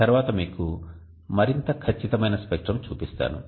నేను తరువాత మీకు మరింత ఖచ్చితమైన స్పెక్ట్రం చూపిస్తాను